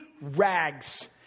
rags